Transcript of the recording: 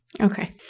Okay